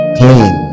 clean